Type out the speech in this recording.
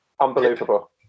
unbelievable